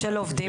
של עובדים